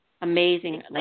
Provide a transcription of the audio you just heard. amazing